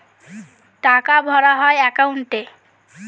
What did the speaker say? টাকা ভরা হয় একাউন্টে